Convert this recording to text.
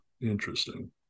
Interesting